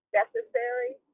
necessary